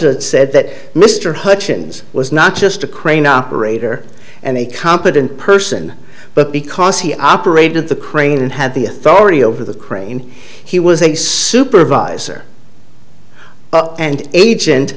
judge said that mr hutchens was not just a crane operator and a competent person but because he operated the crane and had the authority over the crane he was a supervisor and agent